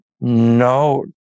no